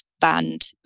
banned